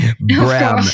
Bram